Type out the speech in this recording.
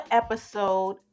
episode